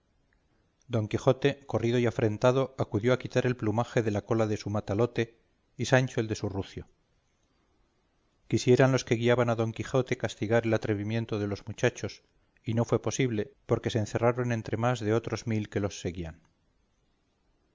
don quijote corrido y afrentado acudió a quitar el plumaje de la cola de su matalote y sancho el de su rucio quisieran los que guiaban a don quijote castigar el atrevimiento de los muchachos y no fue posible porque se encerraron entre más de otros mil que los seguían